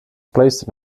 placed